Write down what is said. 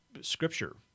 Scripture